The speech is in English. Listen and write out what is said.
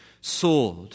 sword